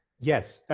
yes,